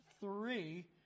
three